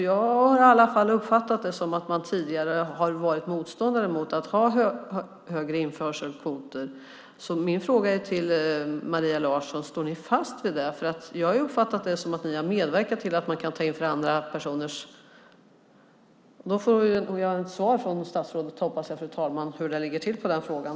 Jag har i alla fall uppfattat det som att man tidigare har varit motståndare mot att ha högre införselkvoter. Så min fråga till Maria Larsson är: Står ni fast vid det? Jag har uppfattat det som att ni har medverkat till att man kan ta in för andra personer. Jag hoppas få ett svar från statsrådet, fru talman, om hur det ligger till i den frågan.